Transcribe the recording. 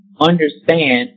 Understand